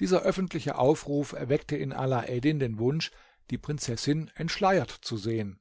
dieser öffentliche aufruf erweckte in alaeddin den wunsch die prinzessin entschleiert zu sehen